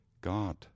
God